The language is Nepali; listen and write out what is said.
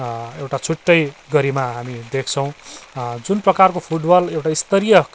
एउटा छुट्टै गरिमा हामी देख्छौँ जुन प्रकारको फुटबल एउटा स्तरीय